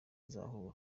azahura